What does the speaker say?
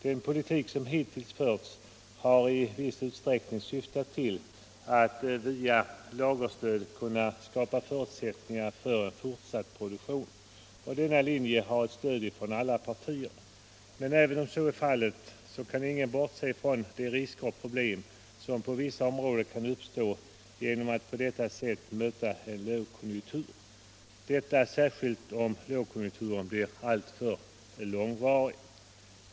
Den politik som hittills förts har bl.a. syftat till att via lagerstöd skapa förutsättningar för fortsatt produktion. Denna politik har stöd från alla partier. Men även om det är fallet, kan ingen bortse från de risker och problem som kan uppstå när man på detta sätt möter en lågkonjunktur, särskilt om lågkonjunkturen blir alltför långvarig.